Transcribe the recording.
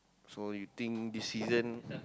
so you think this season